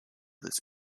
this